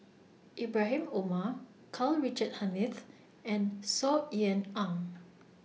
Ibrahim Omar Karl Richard Hanitsch and Saw Ean Ang